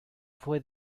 fue